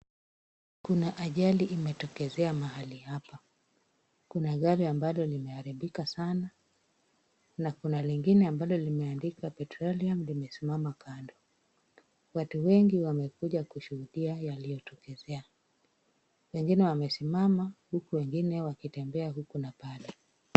Kuna ajali imetokezea mahali hapa. Kuna gari ambalo limeharibika sana na kuna lingine ambalo limeandikwa petroleum limesimama kando. Watu wengi wamekuja kushuhudia yaliyotokezea. Wengine wamesimama huku wengine wakitembea huku na pale.